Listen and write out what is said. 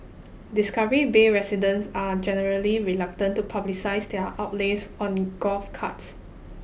Discovery Bay residents are generally reluctant to publicise their outlays on golf carts